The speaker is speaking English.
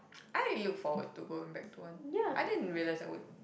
I look forward to going back to one I didn't realise I would